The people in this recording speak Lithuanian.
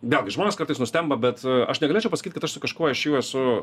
vėlgi žmonės kartais nustemba bet aš negalėčiau pasakyt kad aš su kažkuo iš jų esu